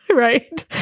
right?